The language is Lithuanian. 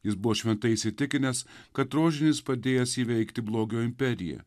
jis buvo šventai įsitikinęs kad rožinis padėjęs įveikti blogio imperiją